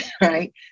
right